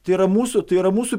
tai yra mūsų tai yra mūsų